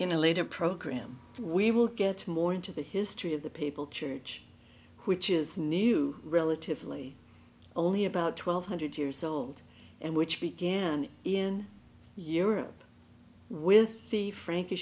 a later program we will get more into the history of the people change which is new relatively only about twelve hundred years old and which began in europe with the franki